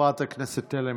חברת הכנסת תלם,